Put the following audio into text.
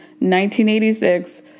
1986